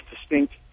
distinct